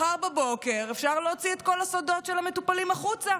מחר בבוקר אפשר להוציא את כל הסודות של המטופלים החוצה.